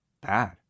bad